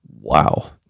Wow